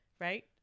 right